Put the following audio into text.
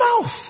mouth